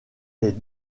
les